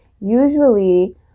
usually